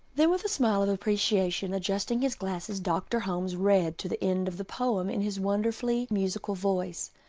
then with a smile of appreciation, adjusting his glasses, dr. holmes read to the end of the poem in his wonderfully musical voice.